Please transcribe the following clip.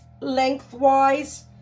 lengthwise